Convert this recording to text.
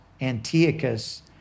Antiochus